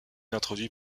introduit